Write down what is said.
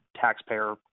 taxpayer